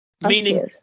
Meaning